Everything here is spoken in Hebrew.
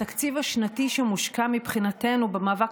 התקציב השנתי שמושקע מבחינתנו במאבק